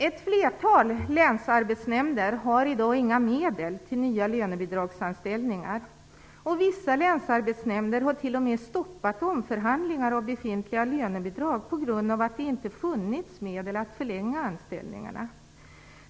Ett flertal länsarbetsnämnder har i dag inga medel till nya lönebidragsanställningar. Vissa länsarbetsnämnder har t.o.m. stoppat omförhandlingar av befintliga lönebidrag, på grund av att det inte funnits medel till att förlänga anställningarna.